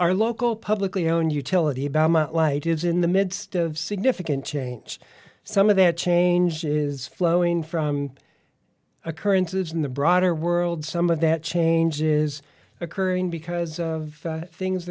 our local publicly owned utility about light is in the midst of significant change some of that change is flowing from occurrences in the broader world some of that change is occurring because of things